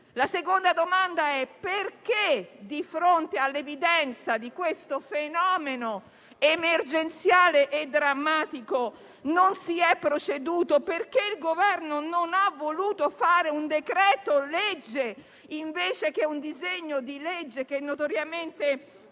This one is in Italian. in Parlamento? Perché di fronte all'evidenza di questo fenomeno emergenziale e drammatico non si è proceduto? Perché il Governo non ha voluto emanare un decreto-legge, invece che un disegno di legge, che notoriamente